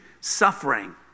suffering